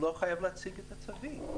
הוא לא חייב להציג את התווית.